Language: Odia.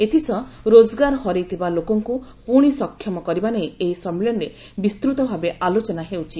ଏଥିସହ ରୋକ୍ତଗାର ହରାଇଥିବା ଲୋକଙ୍କୁ ପୁଣି ସକ୍ଷମ କରିବା ନେଇ ଏହି ସମ୍ମିଳନୀରେ ବିସ୍ତୃତ ଭାବେ ଆଲୋଚନା ହେଉଛି